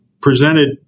presented